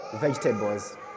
vegetables